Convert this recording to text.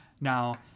Now